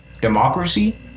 democracy